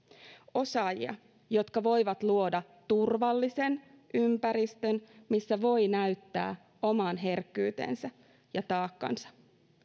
osaajia jotka voivat luoda turvallisen ympäristön missä voi näyttää oman herkkyytensä ja taakkansa